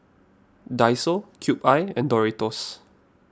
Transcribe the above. Daiso Cube I and Doritos